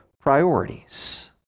priorities